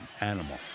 animal